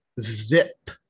Zip